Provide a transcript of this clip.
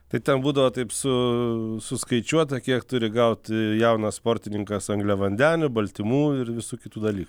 tai ten būdavo taip su suskaičiuota kiek turi gaut jaunas sportininkas angliavandenių baltymų ir visų kitų dalykų